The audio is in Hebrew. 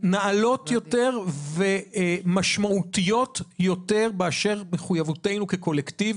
נעלות יותר ומשמעותיות יותר באשר למחויבותנו כקולקטיב